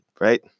right